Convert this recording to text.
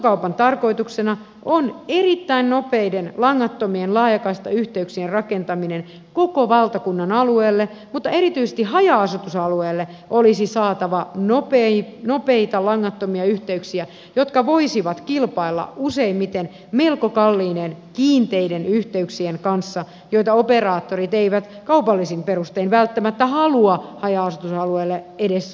huutokaupan tarkoituksena on erittäin nopeiden langattomien laajakaistayhteyksien rakentaminen koko valtakunnan alueelle mutta erityisesti haja asutusalueille olisi saatava nopeita langattomia yhteyksiä jotka voisivat kilpailla useimmiten melko kalliiden kiinteiden yhteyksien kanssa joita operaattorit eivät kaupallisin perustein välttämättä halua haja asutusalueille edes rakentaa